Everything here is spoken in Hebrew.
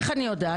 איך אני יודעת?